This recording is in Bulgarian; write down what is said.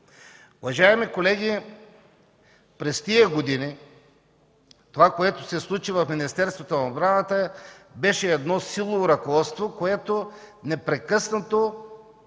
Уважаеми колеги, през тия години това, което се случи в Министерството на отбраната, беше силово ръководство. То непрекъснато